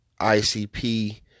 ICP